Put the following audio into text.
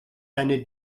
deine